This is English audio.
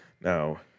Now